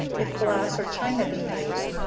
if glass or china be used,